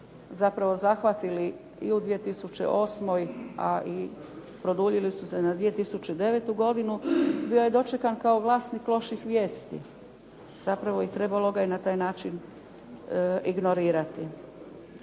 su nas zahvatili i u 2008. a i produljili su se i na 2009. godinu, bio je dočekan kao vlasnik loših vijesti. Zapravo trebalo ga je na taj način ignorirati.